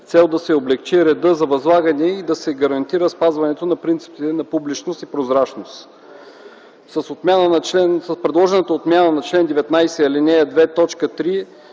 цел да се облекчи редът за възлагане и да се гарантира спазването на принципите на публичност и прозрачност. С предложената отмяна на чл. 19, ал. 2,